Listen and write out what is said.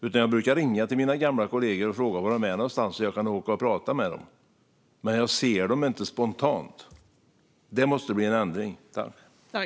Jag brukar ringa till mina gamla kollegor och fråga var de är någonstans så att jag kan åka och prata med dem. Men jag ser dem inte spontant. Det måste det bli en ändring på.